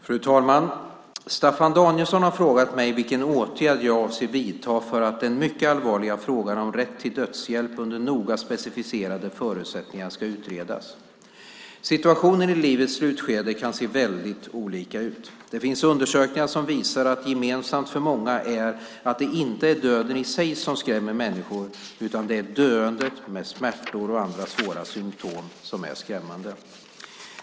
Fru talman! Staffan Danielsson har frågat mig vilken åtgärd jag avser att vidta för att den mycket allvarliga frågan om rätt till dödshjälp under noga specificerade förutsättningar ska utredas. Situationen i livets slutskede kan se väldigt olika ut. Det finns undersökningar som visar att gemensamt för många är att det inte är döden i sig som skrämmer människor utan att det är döendet med smärtor och andra svåra symtom som är skrämmande.